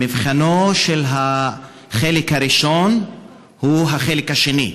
מבחנו של החלק הראשון הוא החלק השני,